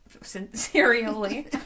Sincerely